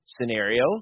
scenario